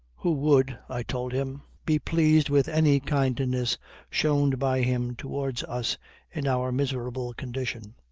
who would, i told him, be pleased with any kindness shown by him towards us in our miserable condition.